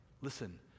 Listen